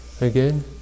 again